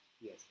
Yes